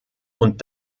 und